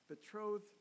betrothed